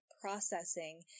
processing